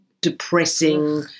depressing